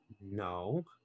no